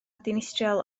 dinistriol